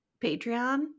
Patreon